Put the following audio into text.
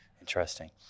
Interesting